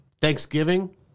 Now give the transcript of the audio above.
Thanksgiving